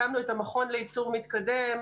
הקמנו את המכון לייצור מתקדם,